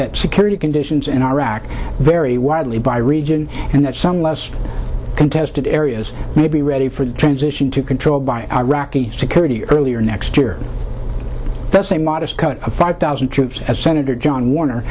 that security conditions in iraq vary widely by region and that some less contested areas may be ready for transition to control by iraqi security earlier next year that's a modest cut of five thousand troops as senator john warner